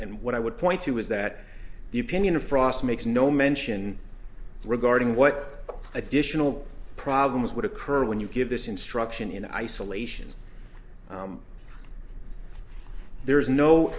and what i would point to is that the opinion of frost makes no mention regarding what additional problems would occur when you give this instruction in isolation there is no